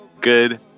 good